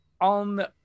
on